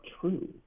true